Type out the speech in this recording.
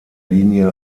linie